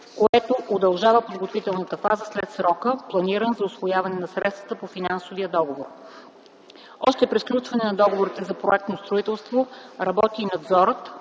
което удължава подготвителната фаза след срока, планиран за усвояване на средствата по Финансовия договор. Още при сключване на договорите за проектно строителство работи и надзорът.